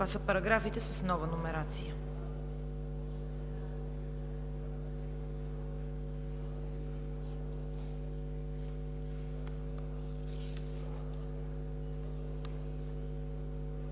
Това са параграфите с нова номерация.